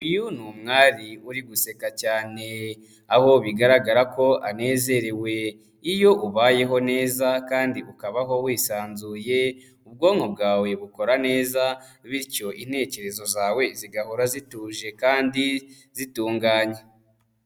Uyu ni umwari uri guseka cyane, aho bigaragara ko anezerewe, iyo ubayeho neza kandi ukabaho wisanzuye, ubwonko bwawe bukora neza bityo intekerezo zawe zigahora zituje kandi zitunganye.